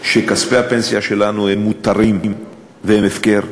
שכספי הפנסיה שלנו מותרים והם הפקר.